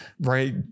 right